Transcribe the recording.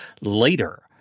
later